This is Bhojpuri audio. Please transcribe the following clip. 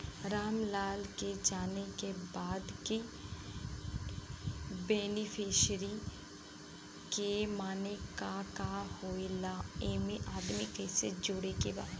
रामलाल के जाने के बा की बेनिफिसरी के माने का का होए ला एमे आदमी कैसे जोड़े के बा?